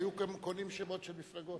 היו גם קונים שמות של מפלגות.